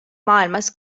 maailmas